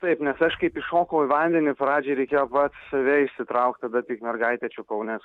taip nes aš kaip iššokau į vandenį pradžiai reikėjo vat save išsitraukti tada tik mergaitę čiupau nes